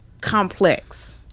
complex